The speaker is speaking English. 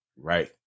Right